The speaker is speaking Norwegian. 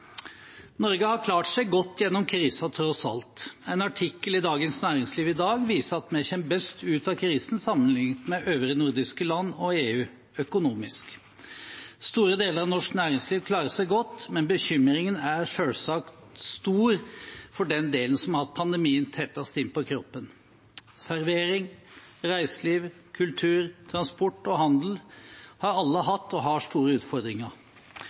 Norge har klart seg godt gjennom krisen, tross alt. En artikkel i Dagens Næringsliv i dag viser at vi kommer best ut av krisen sammenliknet med øvrige nordiske land og EU – økonomisk. Store deler av norsk næringsliv klarer seg godt, men bekymringen er selvsagt stor for den delen som har hatt pandemien tettest innpå kroppen – servering, reiseliv, kultur, transport og handel har alle hatt og har store utfordringer.